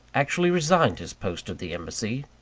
actually resigned his post at the embassy,